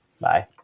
Bye